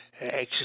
Exercise